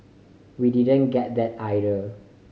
we didn't get that either